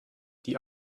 die